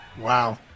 Wow